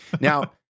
Now